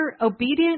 obedient